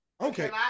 Okay